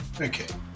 Okay